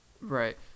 Right